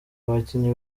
abakinnyi